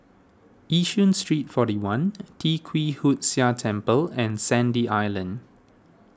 Yishun Street forty one Tee Kwee Hood Sia Temple and Sandy Island